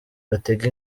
batega